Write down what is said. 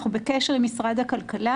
אנחנו בקשר עם משרד הכלכלה.